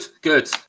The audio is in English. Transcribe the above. good